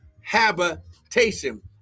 habitation